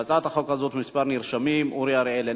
להצעת החוק הזאת מספר נרשמים: אורי אריאל,